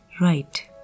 right